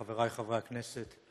חבריי חברי הכנסת,